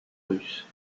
russe